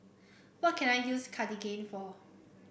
what can I use Cartigain for